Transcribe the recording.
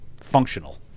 functional